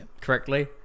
correctly